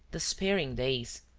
despairing days,